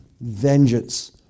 vengeance